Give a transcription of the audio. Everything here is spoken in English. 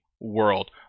world